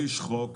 אני לא איש חוק,